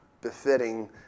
befitting